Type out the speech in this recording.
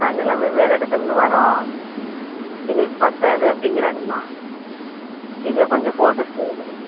நாங்களெல்லாம் வெவ்வேறு இடத்துலேருந்து வரோம் எங்களுக்கு பற்றாது அப்படிங்குறாங்கம்மா ஏதோ கொஞ்சம் போட்டு கொடுங்கம்மா